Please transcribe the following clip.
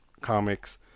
comics